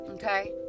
Okay